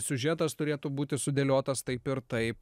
siužetas turėtų būti sudėliotas taip ir taip